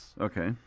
Okay